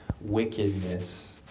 wickedness